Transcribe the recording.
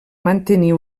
mantenir